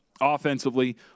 offensively